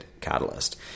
Catalyst